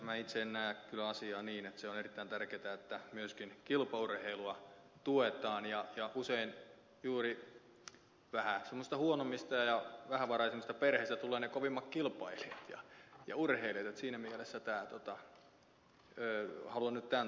minä itse en näe kyllä asiaa niin että se on erittäin tärkeätä että myöskin kilpaurheilua tuetaan ja usein juuri vähän semmoisista huonommista ja vähävaraisemmista perheistä tulevat ne kovimmat kilpailijat ja urheilijat että siinä mielessä haluan nyt tämän tuoda tässä esille